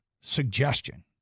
suggestion